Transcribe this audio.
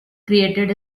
created